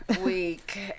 week